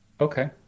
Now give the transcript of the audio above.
Okay